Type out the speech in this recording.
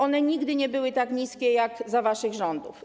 On nigdy nie był tak niski jak za waszych rządów.